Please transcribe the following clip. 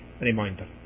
reminder